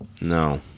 No